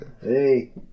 Hey